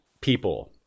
people